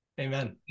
Amen